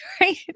right